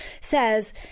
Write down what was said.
says